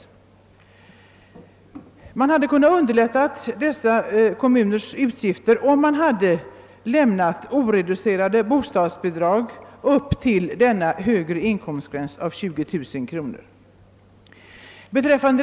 Man hade kunnat minska dessa kommuners utgifter om man hade lämnat oreducerade bostadsbidrag upp till denna högre inkomstgräns, 20 000 kronor.